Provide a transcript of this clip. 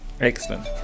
excellent